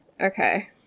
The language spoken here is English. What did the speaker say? Okay